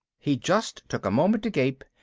he just took a moment to gape,